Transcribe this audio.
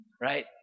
right